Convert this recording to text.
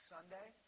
Sunday